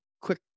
quick